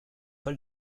paul